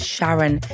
Sharon